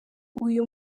uyu